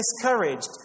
discouraged